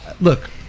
Look